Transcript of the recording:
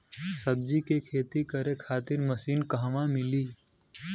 सब्जी के खेती करे खातिर मशीन कहवा मिली?